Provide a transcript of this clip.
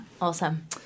Awesome